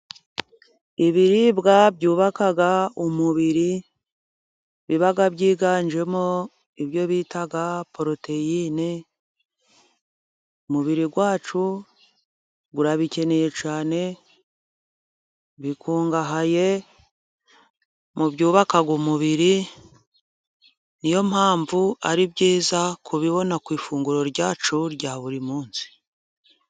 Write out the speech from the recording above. Ibiribwa byubaka umubiri, biba byiganjemo ibyo bita poroteyine, umubiri wacu urabikeneye cyane, bikungahaye mu byubaka umubiri, niyo mpamvu ari byiza kubibona ku ifunguro ryacu rya buri munsi.